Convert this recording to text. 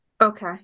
Okay